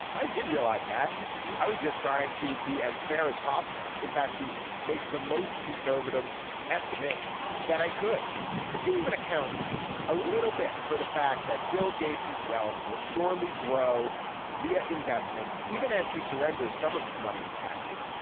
i didn't realize that i was just trying to be as fair as possible. in fact you make the most conservative estimate that i could if you even account a little bit for the fact that bill gates is wealth will surely grow via investment even as he surrenders some of his money in taxes.